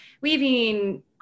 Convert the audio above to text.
weaving